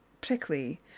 prickly